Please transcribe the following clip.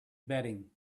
bedding